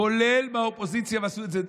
כולל מהאופוזיציה, ועשו את זה.